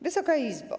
Wysoka Izbo!